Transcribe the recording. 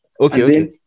Okay